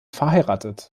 verheiratet